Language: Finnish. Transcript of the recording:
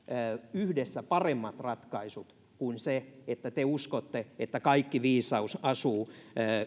paremmat ratkaisut yhdessä kuin siten että te uskotte että kaikki viisaus asuu